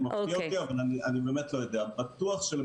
כמו